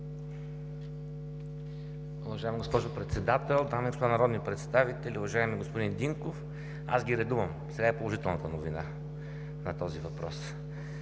добре.